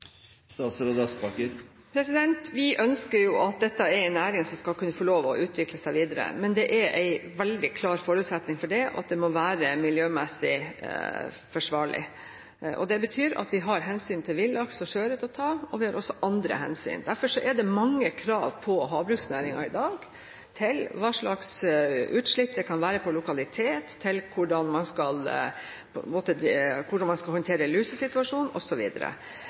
Vi ønsker jo at dette er en næring som skal få lov til å utvikle seg videre, men det er en veldig klar forutsetning for det, at det må være miljømessig forsvarlig. Det betyr at vi har hensyn å ta til villaks og sjøørret, og vi har også andre hensyn å ta. Derfor er det i dag mange krav til havbruksnæringen når det gjelder hva slags utslipp det kan være på lokalitet, eller hvordan man skal håndtere lusesituasjonen, osv. Hva slags krav vi skal